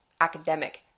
academic